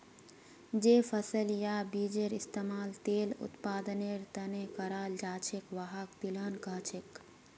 जे फसल या बीजेर इस्तमाल तेल उत्पादनेर त न कराल जा छेक वहाक तिलहन कह छेक